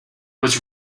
was